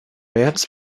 märz